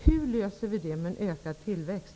Hur löser vi det med ökad tillväxt?